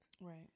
Right